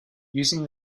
using